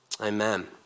Amen